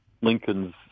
Lincoln's